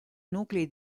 nuclei